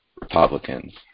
Republicans